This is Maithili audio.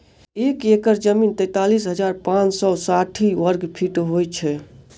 एक एकड़ जमीन तैँतालिस हजार पाँच सौ साठि वर्गफीट होइ छै